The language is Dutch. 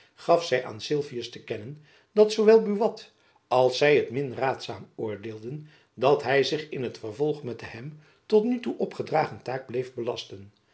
gaf zy aan sylvius te kennen dat zoowel buat als zy het min raadzaam oordeelden dat hy zich in t vervolg met de hem tot nu toe opgedragen taak bleef belasten